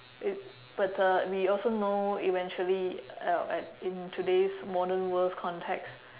if but uh we also know eventually uh at in today's modern world context